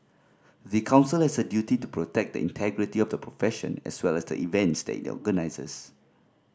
the Council has a duty to protect the integrity of the profession as well as the events that it organises